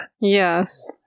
Yes